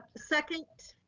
second.